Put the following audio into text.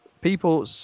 people